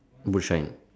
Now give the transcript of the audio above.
boot shine